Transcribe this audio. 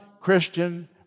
Christian